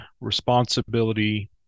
responsibility